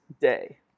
day